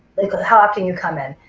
how often you come in,